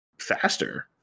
faster